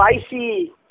spicy